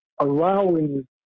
allowing